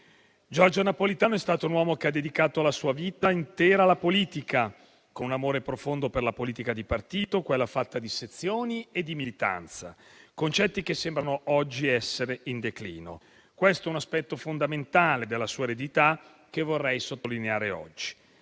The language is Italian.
Giorgio Napolitano è stato un uomo che ha dedicato la sua vita intera alla politica, con un amore profondo per la politica di partito, quella fatta di sezioni e di militanza, concetti che oggi sembrano essere in declino. Questo è un aspetto fondamentale della sua eredità, che vorrei sottolineare oggi: